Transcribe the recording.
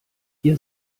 ihr